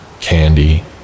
candy